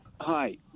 Hi